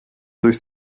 durch